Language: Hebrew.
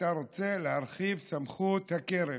אתה רוצה להרחיב את סמכות הקרן.